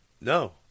No